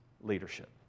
leadership